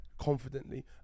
confidently